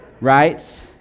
right